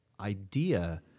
idea